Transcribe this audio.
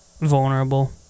vulnerable